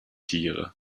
tiere